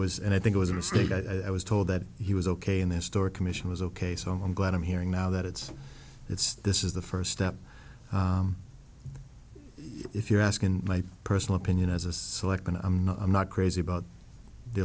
was and i think it was a mistake i was told that he was ok and their story commission was ok so i'm glad i'm hearing now that it's it's this is the first step if you're asking my personal opinion as a selectman i'm not i'm not crazy about the